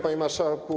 Panie Marszałku!